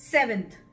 Seventh